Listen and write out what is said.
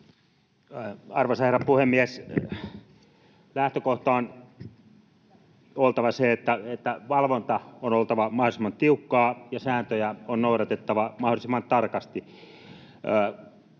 Arvoisa herra puhemies! Lähtökohdan on oltava se, että valvonnan on oltava mahdollisimman tiukkaa ja sääntöjä on noudatettava mahdollisimman tarkasti.